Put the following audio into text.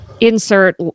insert